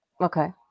Okay